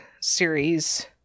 series